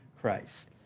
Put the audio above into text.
Christ